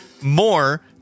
more